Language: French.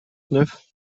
neuf